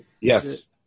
Yes